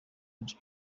jay